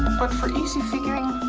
but for easy figuring,